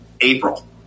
April